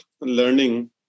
learning